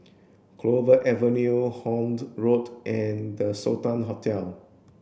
Clover Avenue Horne Road and The Sultan Hotel